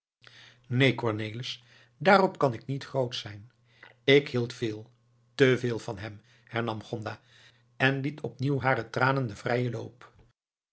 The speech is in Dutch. cornelis daarop kan ik niet grootsch zijn ik hield veel te veel van hem hernam gonda en liet opnieuw aan hare tranen den vrijen loop